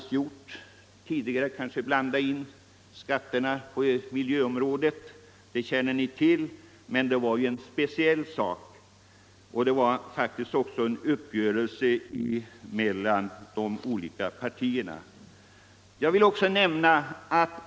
Vi har visserligen tidigare tagit hänsyn till miljöfrågan i ett skattesammanhang, men den gången gällde det en speciell sak och beslutet byggde på en uppgörelse mellan partierna.